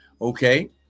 Okay